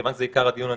כיון שזה עיקר הדיון,